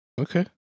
Okay